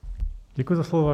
Děkuji za slovo.